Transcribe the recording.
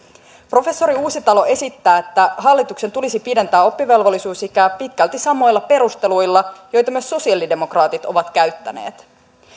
professori uusitalo esittää että hallituksen tulisi pidentää oppivelvollisuusikää pitkälti samoilla perusteluilla joita myös sosiaalidemokraatit ovat käyttäneet